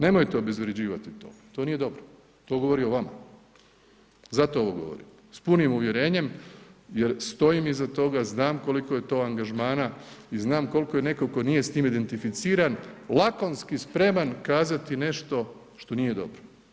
Nemojte obezvrjeđivati to, to nije dobro, to govori o vama, zato ovo govorim, s punim uvjerenjem, jer stojim iza toga, znam koliko je to angažmana i znam koliko je netko tko nije s time identificiran lakonski spreman kazati nešto što nije dobro.